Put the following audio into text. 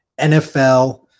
nfl